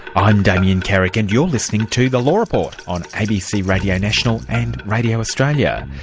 i'm damien carrick and you're listening to the law report on abc radio national and radio australia.